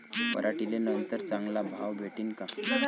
पराटीले नंतर चांगला भाव भेटीन का?